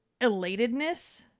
elatedness